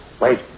Wait